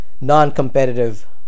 non-competitive